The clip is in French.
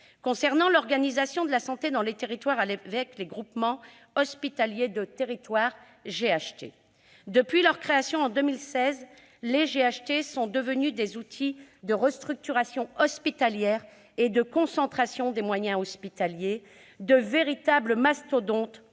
Concernant l'organisation de la santé dans les territoires, les GHT, les groupements hospitaliers de territoire, sont devenus, depuis leur création en 2016, des outils de restructuration hospitalière et de concentration des moyens hospitaliers, soit de véritables mastodontes